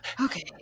Okay